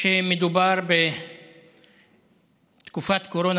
שמדובר בתקופת קורונה,